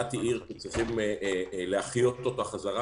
אילת היא עיר שצריכים להחיות אותה שוב,